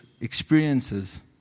experiences